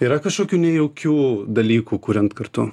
yra kažkokių nejaukių dalykų kuriant kartu